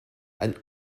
and